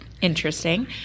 interesting